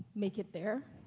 make it there?